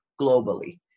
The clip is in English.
globally